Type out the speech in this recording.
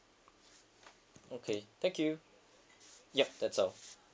okay thank you yup that's all